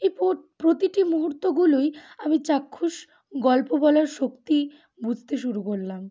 এই প্রতিটি মুহূর্তগুলোই আমি চাক্ষুষ গল্প বলার শক্তি বুঝতে শুরু করলাম